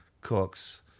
cooks